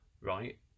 right